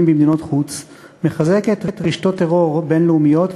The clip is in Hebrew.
במדינות חוץ מחזקת רשתות טרור בין-לאומיות,